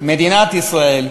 מדינת ישראל,